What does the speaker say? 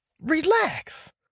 Relax